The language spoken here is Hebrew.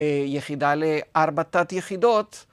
יחידה לארבע תת יחידות.